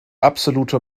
absolute